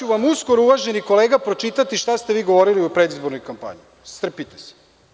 Uskoro ću uvaženi kolega pročitati šta ste govorili u predizbornoj kampanji, strpite se.